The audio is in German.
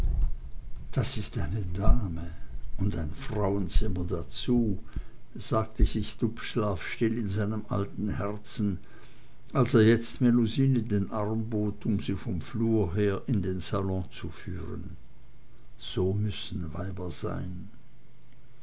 das ist eine dame und ein frauenzimmer dazu sagte sich dubslav still in seinem alten herzen als er jetzt melusine den arm bot um sie vom flur her in den salon zu führen so müssen weiber sein